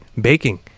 baking